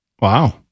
Wow